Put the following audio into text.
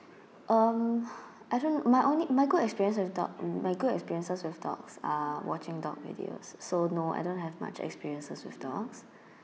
um I don't my only my good experience with dog my good experiences with dogs are watching dog videos so no I don't have much experiences with dogs